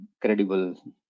credible